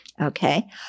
Okay